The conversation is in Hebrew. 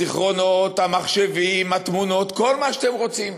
הזיכרונות, המחשבים, התמונות כל מה שאתם רוצים.